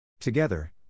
Together